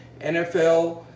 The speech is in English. NFL